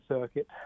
circuit